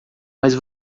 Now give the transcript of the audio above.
mas